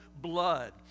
blood